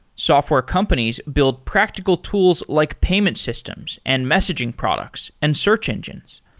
software companies build practical tools like payment systems and messaging products and search engines.